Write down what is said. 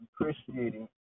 appreciating